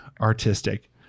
artistic